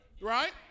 Right